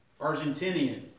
Argentinian